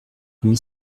comme